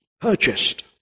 purchased